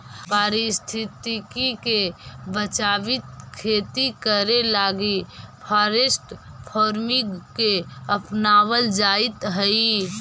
पारिस्थितिकी के बचाबित खेती करे लागी फॉरेस्ट फार्मिंग के अपनाबल जाइत हई